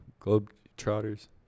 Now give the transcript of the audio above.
Globetrotters